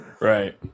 Right